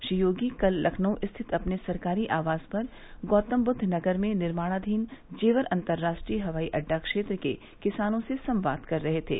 श्री योगी कल लखनऊ स्थित अपने सरकारी आवास पर गौतमबूद्व नगर में निर्माणाधीन जेवर अतंराष्ट्रीय हवाई अड्डा क्षेत्र के किसानों से संवाद कर रहे थे